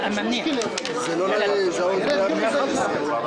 שהמנכ"ל ידבר איתם.